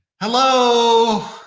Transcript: Hello